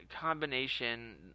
combination